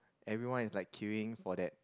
everyone is like queuing for that